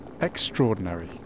Extraordinary